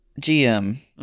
GM